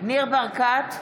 ניר ברקת,